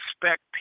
expect